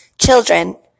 children